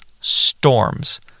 storms